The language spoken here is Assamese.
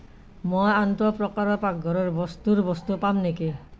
মই আনটো প্ৰকাৰৰ পাকঘৰৰ বস্তুৰ বস্তু পাম নেকি